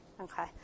Okay